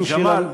ג'מאל,